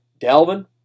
Dalvin